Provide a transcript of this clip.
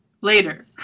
later